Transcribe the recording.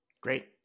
Great